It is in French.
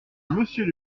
monsieur